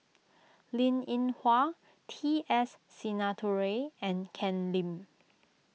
Linn in Hua T S Sinnathuray and Ken Lim